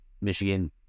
Michigan